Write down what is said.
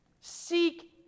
Seek